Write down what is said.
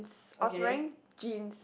I was wearing jeans